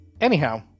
Anyhow